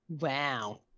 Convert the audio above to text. Wow